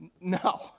No